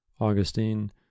Augustine